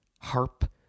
Harp